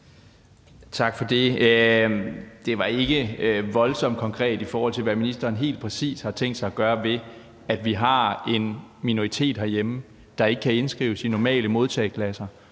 Tak for det. Det var ikke voldsomt konkret, i forhold til hvad ministeren helt præcis har tænkt sig at gøre ved, at vi har en minoritet herhjemme, der ikke kan indskrives i normale modtageklasser,